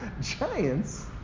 Giants